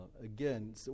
again